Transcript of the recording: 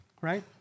Right